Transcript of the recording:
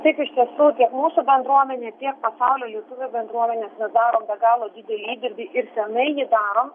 taip iš tiesų tiek mūsų bendruomenė tiek pasaulio lietuvių bendruomenės mes darom be galo didelį įdirbį ir senai ji darom